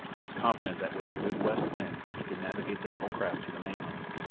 was confident that with a good west wind he could navigate the little craft to the mainland.